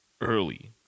early